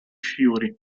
fiori